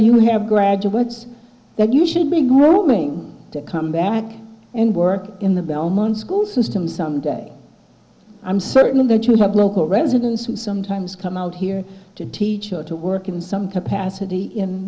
graduates that you should be going to come back and work in the belmont school system some day i'm certain that you have local residents who sometimes come out here to teach or to work in some capacity in